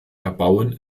erbauen